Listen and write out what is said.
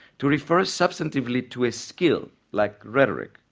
to refer substantively to a skill, like rhetoric,